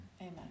Amen